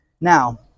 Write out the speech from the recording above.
Now